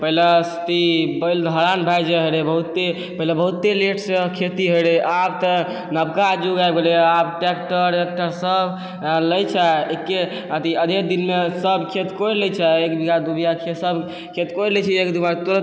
पहले ई बैल हरान भए जाइ रहै बहुते पहले बहुते लेट से खेती होइ रहै आब तऽ नबका जुग आबि गेलै हइ आब ट्रैक्टर उरैक्टर सब लै छै एक्के अथी अधे दिनमे सब खेत कोरि लै छै एक बीघा दू बीघाके सब खेत कोरि लै छै एक दिनमे तुरत